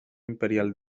imperial